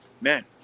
man